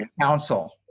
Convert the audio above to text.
Council